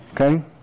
Okay